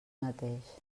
mateix